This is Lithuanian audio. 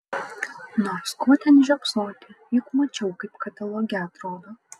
nors ko ten žiopsoti juk mačiau kaip kataloge atrodo